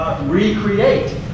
Recreate